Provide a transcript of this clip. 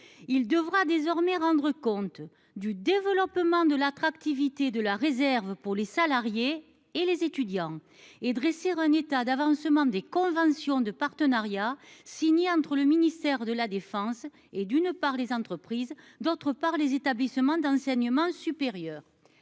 Il devra désormais rendre compte du développement de l'attractivité de la réserve pour les salariés et les étudiants et dresser un état d'avancement des conventions de partenariat signé entre le ministère de la Défense et d'une part les entreprises d'autre part, les établissements d'enseignement supérieur.